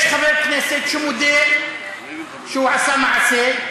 יש חבר כנסת שמודה שהוא עשה מעשה,